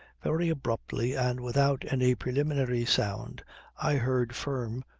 very abruptly and without any preliminary sound i heard firm,